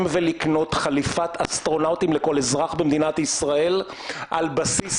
ולקנות חליפת אסטרונאוטים לכל אזרח במדינת ישראל על בסיס